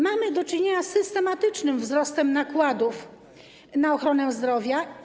Mamy do czynienia z systematycznym wzrostem nakładów na ochronę zdrowia.